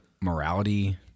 morality